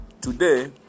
today